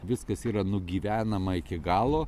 viskas yra nugyvenama iki galo